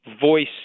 voice